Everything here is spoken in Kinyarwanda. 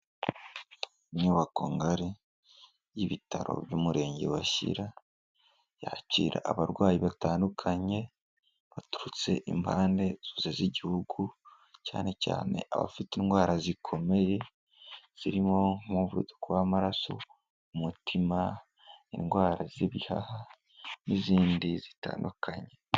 Inyubako ngari y'ibitaro by'umurenge wa Shyira, yakira abarwayi batandukanye baturutse impande zose z'igihugu cyane cyane abafite indwara zikomeye, zirimo nk'umuvuduko w'amaraso, umutima, indwara z'ibihaha n'izindi zitandukanye.